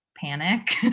panic